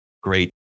great